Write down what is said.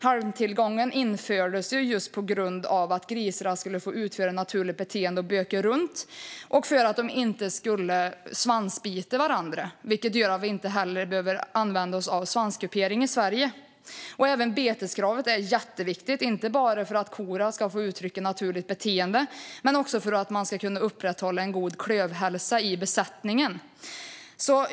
Halmtillgången infördes för att grisarna skulle kunna utöva sitt naturliga beteende, böka runt, och för att de inte skulle svansbita varandra. Därför behöver vi inte heller använda svanskupering i Sverige. Även beteskravet är jätteviktigt, inte bara för att korna ska få utöva sitt naturliga beteende utan för att också kunna upprätthålla en god klövhälsa i besättningen.